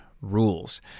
rules